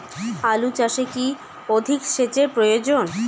আলু চাষে কি অধিক সেচের প্রয়োজন?